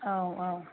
औ औ